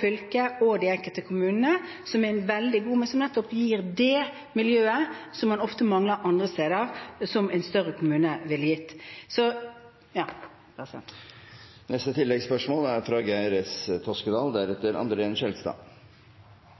fylket og de enkelte kommunene, som er veldig god, og som gir det miljøet som man veldig ofte mangler andre steder, men som en større kommune ville gi. Geir S. Toskedal – til oppfølgingsspørsmål. For å kunne gjennomføre kommunereformen er